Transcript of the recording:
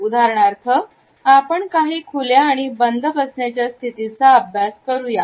उदाहरणार्थ आपण काही खुल्या आणि बंद बसण्याच्या स्थितीचा अभ्यास करूया